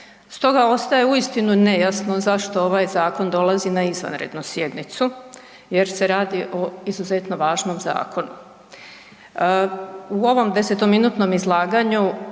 U ovom desetominutnom izlaganju